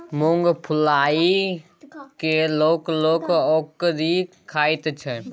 मुँग फुलाए कय लोक लोक ओकरी खाइत छै